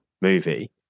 movie